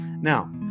now